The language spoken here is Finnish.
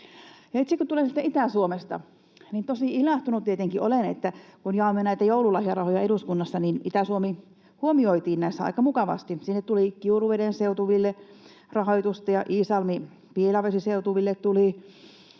Itse kun tulen sieltä Itä-Suomesta, niin tosi ilahtunut tietenkin olen, että kun jaamme näitä joululahjarahoja eduskunnassa, niin Itä-Suomi huomioitiin näissä aika mukavasti: sinne tuli Kiuruveden seutuville rahoitusta ja Iisalmi—Pielavesi-seutuville tuli,